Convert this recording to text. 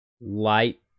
light